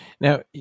Now